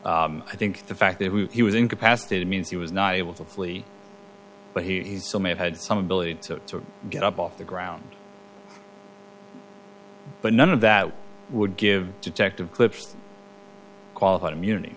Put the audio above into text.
tasered i think the fact that he was incapacitated means he was not able to flee but he still may have had some ability to get up off the ground but none of that would give detective clips qualified immunity